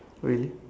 really